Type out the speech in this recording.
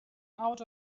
out